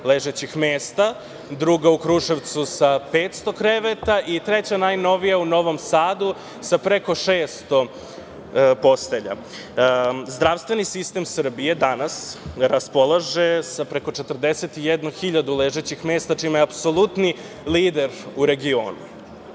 ležećih mesta, druga u Kruševcu sa 500 kreveta i treća najnovija u Novom Sadu sa preko 600 postelja. Zdravstveni sistem Srbije danas raspolaže sa preko 41.000 ležećih mesta čime je apsolutni lider u regionu. Želim